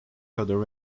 other